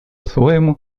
своему